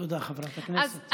תודה, חברת הכנסת.